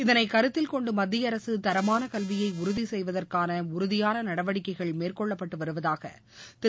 இதனை கருத்தில்கொண்டு மத்திய அரசு தரமான கல்வியை உறுதி செய்வதற்காக உறுதியான நடவடிக்கைகள்மேற்கொள்ளப்பட்டு வருவதாக திரு